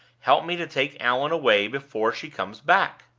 help me to take allan away before she comes back!